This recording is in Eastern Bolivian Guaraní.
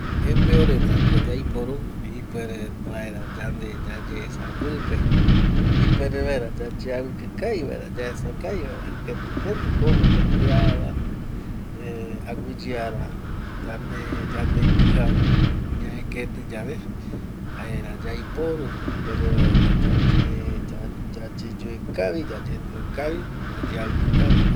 Epeo retako yaiporu ipuere vaera yande yayesa pipe ipuere vaera yayeaviki kavi vaera yaesa kavi vaera keti ketiko ojo yandeava eh aguiyeara yande yandekia ñae keti yave jaera yaiporu ipuere vaera yayeyoe kavi, yayetio kavi, yayeaviki kavi yaja